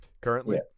currently